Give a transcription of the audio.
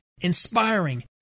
inspiring